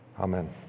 Amen